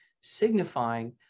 signifying